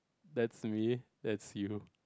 that's me that's you